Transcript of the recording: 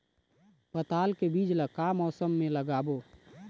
पताल के बीज ला का मौसम मे लगाबो?